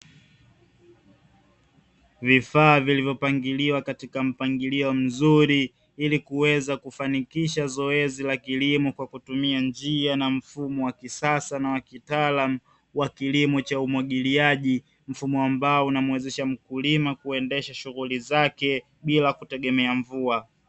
Vifaa vilivyopangiliwa katika mpangilio mzuri, ili kuweza kufanikisha zoezi la kilimo kwa kutumia njia na mfumo wa kisasa na wa kitaalamu wa kilimo cha umwagiliaji. Mfumo ambao unamuwezesha mkulima kuendesha shughuli zake bila kutegemea mvua.